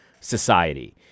society